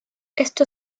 esto